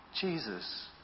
Jesus